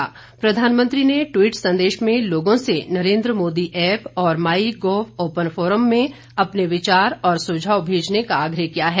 नरेन्द्र मोदी ने ट्वीट संदेश में लोगों से नरेन्द्र मोदी एप्प और माई गॉव ओपन फोरम में अपने विचार और सुझाव भेजने का आग्रह किया है